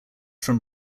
from